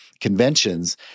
conventions